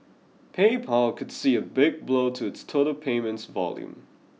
PayPal could see a big blow to its total payments volume